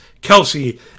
Kelsey